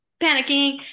panicking